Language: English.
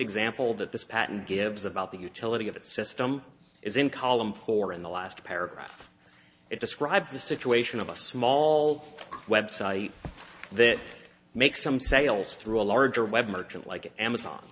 example that this patent gives about the utility of that system is in column four in the last paragraph it describes the situation of a small website that makes some sales through a larger web merchant like amazon